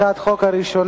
הצעת חוק פ/2156,